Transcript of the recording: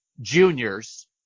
juniors